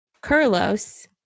Carlos